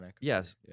Yes